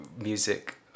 music